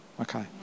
Okay